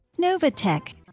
Novatech